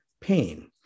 pain